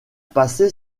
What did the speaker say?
passé